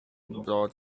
brought